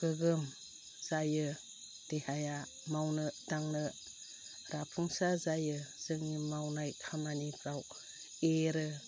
गोगोम जायो देहाया मावनो दांनो राफुंसार जायो जोंनि मावनाय खामानिफ्राव एरो